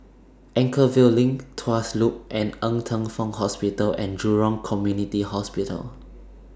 Anchorvale LINK Tuas Loop and Ng Teng Fong Hospital and Jurong Community Hospital